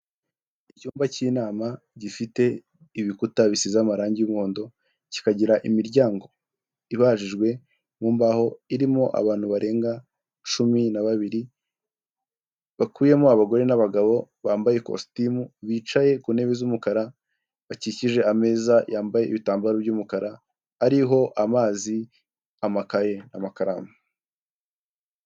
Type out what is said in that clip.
Icyumba cy'inama gifite ibikuta bisize amarangi y'umuhondo, kikagira imiryango ibajijwe mu mbaho, irimo abantu barenga cumi na babiri, bakubiyemo abagore n'abagabo bambaye kositimu bicaye ku ntebe z'umukara bakikije ameza yambaye ibitambaro by'umukara ariho amazi, amakaye, n'amakaramu.